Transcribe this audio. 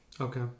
Okay